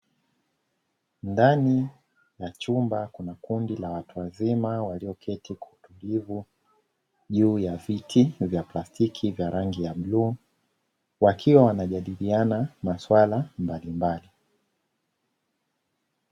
Ndani ya chumba kuna kundi la watu wazima walioketi kwa utulivu juu ya viti vya plastiki vya rangi ya bluu, wakiwa wanajadiliana masuala mbalimbali.